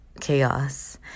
chaos